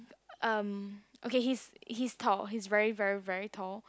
um okay he is he is tall he is very very very tall